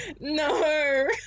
No